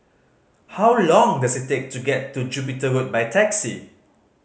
how long does it take to get to Jupiter Road by taxi